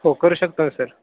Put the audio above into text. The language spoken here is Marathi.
हो करू शकतो नं सर